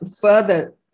further